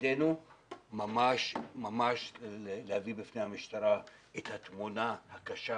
תפקידנו להביא בפני המשטרה את התמונה הקשה